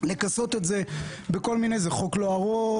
לכסות את זה בכל מיני: זה חוק לא ארוך,